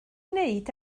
wneud